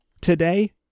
today